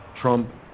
Trump